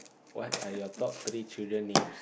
what are your top three children means